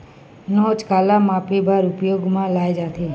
नोच काला मापे बर उपयोग म लाये जाथे?